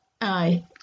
aye